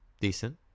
decent